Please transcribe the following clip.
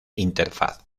interfaz